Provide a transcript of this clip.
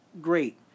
Great